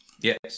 Yes